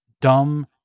dumb